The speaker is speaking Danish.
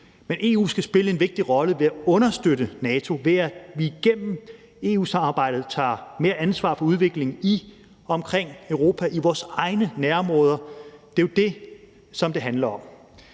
Men EU skal spille en vigtig rolle ved at understøtte NATO, ved at vi igennem EU-samarbejdet tager mere ansvar for udviklingen i og omkring Europa, i vores egne nærområder. Det er jo det, som det handler om.